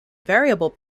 variable